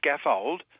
scaffold